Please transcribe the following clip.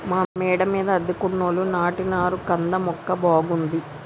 మా మేడ మీద అద్దెకున్నోళ్లు నాటినారు కంద మొక్క బాగుంది